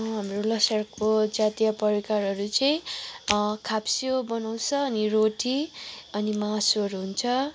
हाम्रो लोसारको जातीय परिकारहरू चाहिँ खाब्स्यो बनाउँछ अनि रोटी अनि मासुहरू हुन्छ